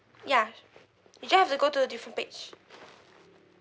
ya you just have to go to a different page